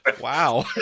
Wow